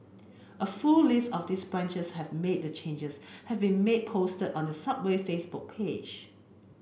a full list of these branches have made the changes have remained posted on the Subway Facebook page